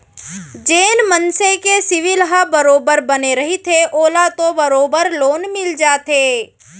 जेन मनसे के सिविल ह बरोबर बने रहिथे ओला तो बरोबर लोन मिल जाथे